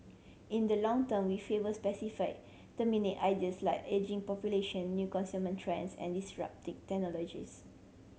in the long term we favour specific thematic ideas like ageing population new consuming trends and disrupting